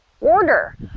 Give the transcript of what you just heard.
Order